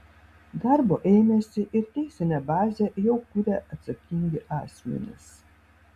darbo ėmėsi ir teisinę bazę jau kuria atsakingi asmenys